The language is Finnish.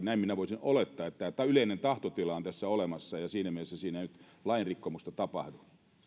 näin minä voisin olettaa että että yleinen tahtotila on tässä olemassa ja siinä mielessä siinä ei lainrikkomusta tapahdu